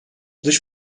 dış